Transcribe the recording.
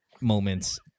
moments